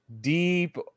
Deep